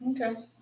okay